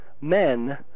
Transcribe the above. men